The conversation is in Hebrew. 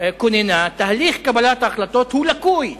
כוננה תהליך קבלת ההחלטות הוא לקוי.